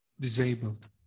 disabled